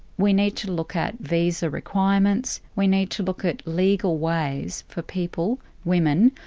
we need to look at visa requirements, we need to look at legal ways for people, women,